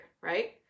right